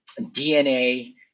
DNA